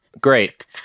great